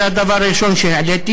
זה היה הדבר הראשון שהעליתי,